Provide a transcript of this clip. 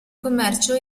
commercio